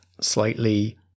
slightly